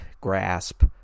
Grasp